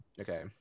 okay